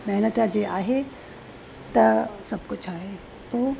महिनत जे आहे त सभु कुझु आहे पोइ